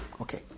Okay